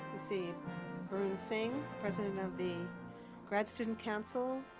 see barun singh, president of the grad student council,